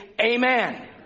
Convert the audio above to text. amen